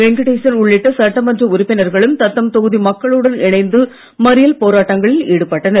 வெங்கடேசன் உள்ளிட்ட சட்டமன்ற உறுப்பினர்களும் தத்தம் தொகுதி மக்களுடன் இணைந்து மறியல் போராட்டங்களில் ஈடுபட்டனர்